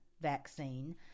vaccine